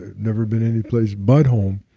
never been any place but home.